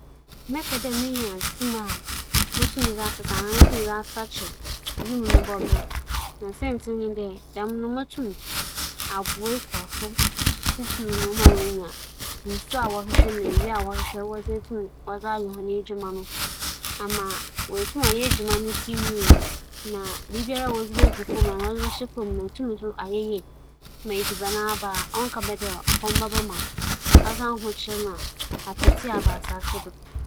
Mebɛpɛ dɛ mebenya tum kɛse akyɛn dɛ mobotum enya tum wͻ wimu nsakrae a ͻba do. Siantsir nye dɛ, sɛ menya dɛm tum kɛse yi a, nkorͻfo bosuro na wͻdze obu bɛma me papaapa osiandɛ, dɛm tum no ma adze biara mepɛ dɛ meyɛ no m'ayɛ, dɛm ntsi m'abrabͻ so botu mpͻn, nkorͻfo pii na wͻbɛba me nkyɛn abɛgye mboa osian tum a okita me ntsi ͻba no dɛm a, nna m'aboa afofor.